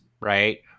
Right